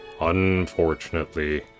Unfortunately